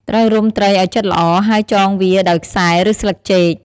ត្រូវរុំត្រីឲ្យជិតល្អ ហើយចងវាដោយខ្សែ ឬស្លឹកចេក។